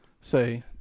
say